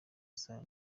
isano